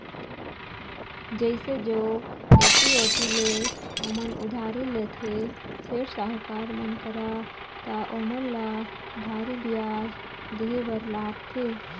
जइसे जो ऐती ओती ले ओमन उधारी लेथे, सेठ, साहूकार मन करा त ओमन ल भारी बियाज देहे बर लागथे